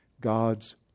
God's